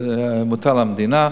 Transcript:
זה מוטל על המדינה.